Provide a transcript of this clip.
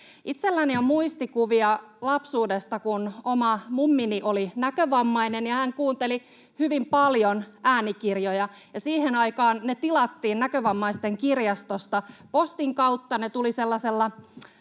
Itselläni on muistikuvia lapsuudesta, kun oma mummini oli näkövammainen ja hän kuunteli hyvin paljon äänikirjoja. Siihen aikaan ne tilattiin Näkövammaisten kirjastosta. Postin kautta ne tulivat sellaisella